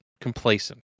complacent